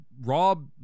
rob